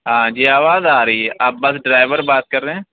ہاں جی آواز آ رہی ہے آپ بس ڈرائیور بات کر رہے ہیں